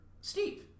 Steve